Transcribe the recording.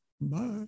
Bye